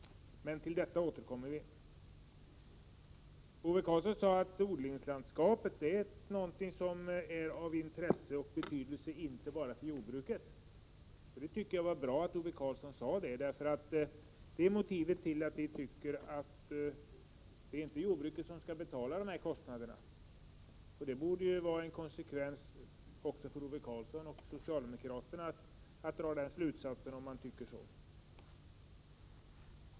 Till detta återkommer vi. Ove Karlsson sade att odlingslandskapet är av intresse och betydelse inte bara för jordbruket. Det var bra att Ove Karlsson sade det, därför att det är motivet till att vi anser att jordbruket inte skall betala alla kostnader. Ove Karlsson och socialdemokraterna borde dra samma slutsatser om de tycker så.